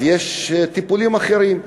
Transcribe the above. אז יש טיפולים אחרים,